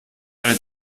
eine